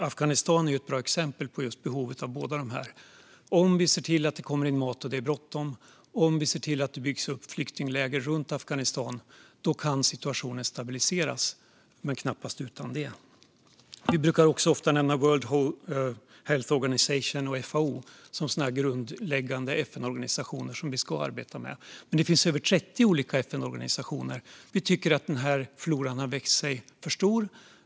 Afghanistan är ett bra exempel på behovet av båda de här organisationerna. Om vi ser till att det kommer in mat - och det är bråttom - och om vi ser till att det byggs upp flyktingläger runt Afghanistan kan situationen stabiliseras, men knappast utan det. Vi brukar också ofta nämna World Health Organization och FAO som sådana grundläggande FN-organisationer som vi ska arbeta med. Men det finns över 30 olika FN-organisationer, och vi tycker att den här floran har växt sig för stor.